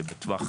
שבטווח